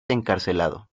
encarcelado